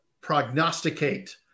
prognosticate